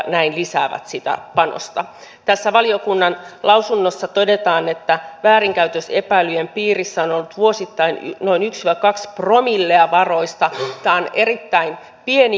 mitä nytten tämän puitteissa meidän pitäisi tehdä millä tavalla me voisimme hyödyntää tämän pariisin ilmastokokouksen mahdollisuudet ja toisaalta vastata myös niihin tavoitteisiin mitä sieltä eri maille asetettiin